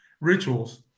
rituals